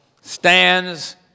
stands